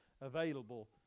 available